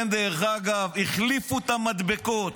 דרך אגב, הם החליפו את המדבקות,